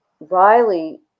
Riley